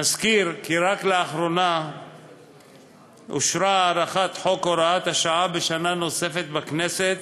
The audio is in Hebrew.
נזכיר כי רק לאחרונה אושרה הארכת חוק הוראת השעה בשנה נוספת בכנסת,